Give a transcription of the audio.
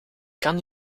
kan